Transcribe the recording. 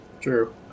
True